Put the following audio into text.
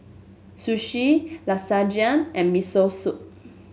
Sushi Lasagna and Miso Soup